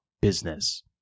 business